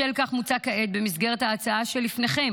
בשל כך, מוצע כעת במסגרת ההצעה שלפניכם,